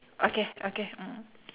okay okay mm